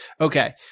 Okay